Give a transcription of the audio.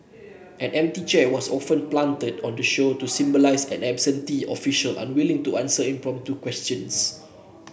an empty chair was often planted on the show to symbolise an absentee official unwilling to answer impromptu questions